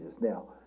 Now